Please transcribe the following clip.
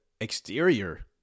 exterior